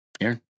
Aaron